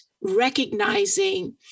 recognizing